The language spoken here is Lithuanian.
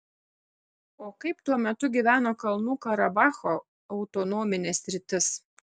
o kaip tuo metu gyveno kalnų karabacho autonominė sritis